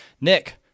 Nick